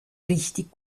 richtig